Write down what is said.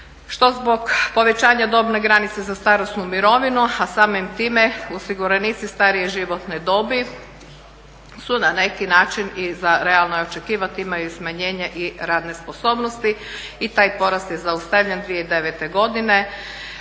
što zbog povećanja dobne granice za starosnu mirovinu, a samim time osiguranici starije životne dobi su na neki način i za realno je očekivati imaju smanjenje i radne sposobnosti. I taj porast je zaustavljen 2009. godine